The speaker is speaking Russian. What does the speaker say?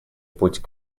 путь